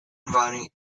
involving